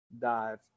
dive